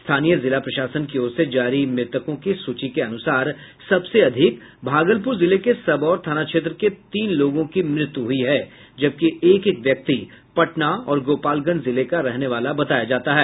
स्थानीय जिला प्रशासन की ओर से जारी मृतकों की सूची के अनुसार सबसे अधिक भागलपुर जिले के सबौर थाना क्षेत्र के तीन लोगों की मृत्यु हुई है जबकि एक एक व्यक्ति पटना और गोपालगंज जिले का रहने वाला बताया जाता है